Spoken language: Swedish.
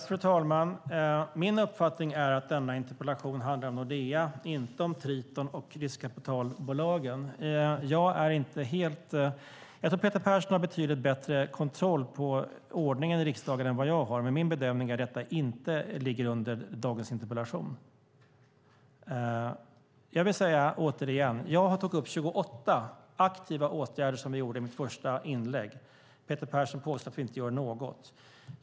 Fru talman! Min uppfattning är att denna interpellation handlar om Nordea, inte om Triton och riskkapitalbolagen. Peter Persson har betydligt bättre kontroll på ordningen i riksdagen än vad jag har, men min bedömning är att dessa frågor inte hör till dagens interpellation. Jag vill återigen säga att jag i mitt första inlägg tog upp 28 aktiva åtgärder som vi har vidtagit. Peter Persson påstår att vi inte gör något.